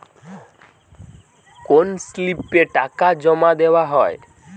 কোন স্লিপে টাকা জমাদেওয়া হয়?